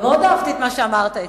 ומאוד אהבתי את מה שאמרת אתמול.